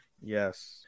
Yes